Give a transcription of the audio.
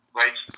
right